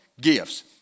gifts